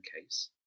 case